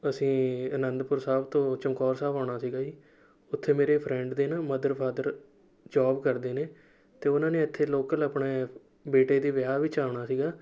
ਅਸੀਂ ਅਨੰਦਪੁਰ ਸਾਹਿਬ ਤੋਂ ਚਮਕੌਰ ਸਾਹਿਬ ਆਉਣਾ ਸੀਗਾ ਜੀ ਉੱਥੇ ਮੇਰੇ ਫਰੈਂਡ ਦੇ ਨਾ ਮਦਰ ਫਾਦਰ ਜੌਬ ਕਰਦੇ ਨੇ ਅਤੇ ਉਹਨਾਂ ਨੇ ਇੱਥੇ ਲੋਕਲ ਆਪਣੇ ਬੇਟੇ ਦੇ ਵਿਆਹ ਵਿੱਚ ਆਉਣਾ ਸੀਗਾ